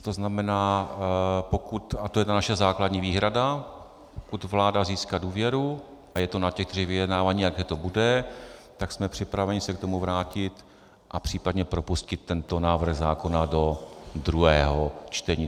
To znamená, pokud a to je ta naše základní výhrada pokud vláda získá důvěru, a je to na těch vyjednáváních, jaké to bude, tak jsme připraveni se k tomu vrátit a případně propustit tento návrh zákona do druhého čtení.